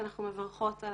ואנחנו מברכות על